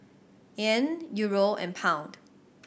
Yen Euro and Pound